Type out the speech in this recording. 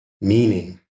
meaning